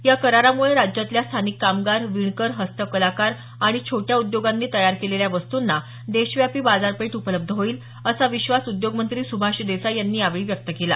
या करारामुळे राज्यातल्या स्थानिक कामगार विणकर हस्तकलाकार आणि छोट्या उद्योगांनी तयार केलेल्या वस्तूंना देशव्यापी बाजारपेठ उपलब्ध होईल असा विश्वास उद्योगमंत्री सुभाष देसाई यांनी यावेळी व्यक्त केला